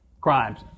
crimes